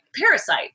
Parasite